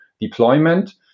deployment